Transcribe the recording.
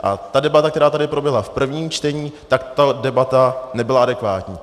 A debata, která tady proběhla v prvním čtení, ta debata nebyla adekvátní.